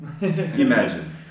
Imagine